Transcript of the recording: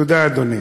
תודה, אדוני.